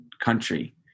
country